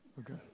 Okay